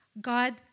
God